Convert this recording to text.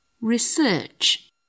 Research